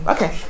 Okay